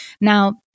Now